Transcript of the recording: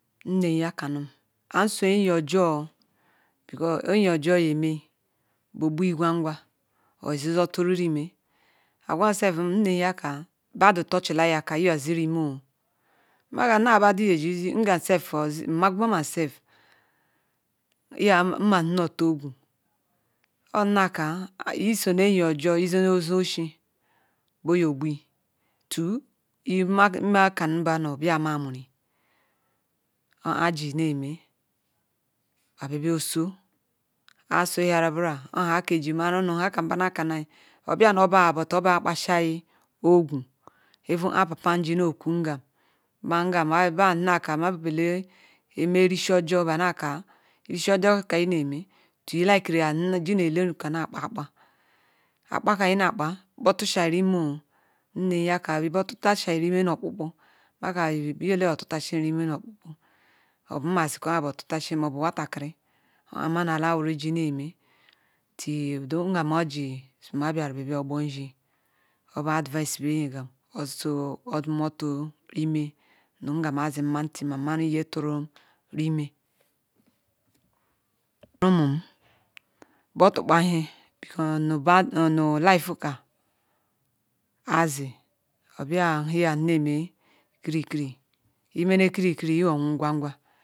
Nnem yah kanum ansu nyeojo because enyi ojo nameh weh gbu ngwa gwa orh zi zo tururu imeh agwa self nnem yaka badu touch ly akah izo turu imeh ma-kah nda orh aikeji maru si nhakum obaye kpashia ogu napa ji noh ku ngam- then meri ishi ojo baraka ishi ojo ka gi me like-rua gini eleruka na kpa-kpa akpaka e- na akpa kpwo mu obu watakiri obu me- eme till du ngam fu ke ma biaru bia gbor nji obu advice be yegam so odu motu ime ngam izi mati odiye turu lmeh omu boh tukpa eyi nu ba nu life kah azi bia nye ham ji ne me kiri kiri eme kiri kiri ijo owu ngwa ngwa